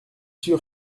sûr